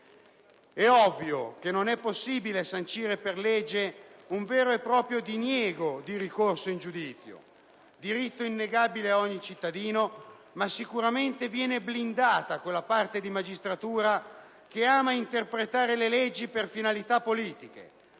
È ovvio che non è possibile sancire per legge un vero e proprio diniego di ricorso in giudizio, diretto innegabile di ogni cittadino, ma sicuramente viene blindata quella parte di magistratura che ama interpretare le leggi per finalità politiche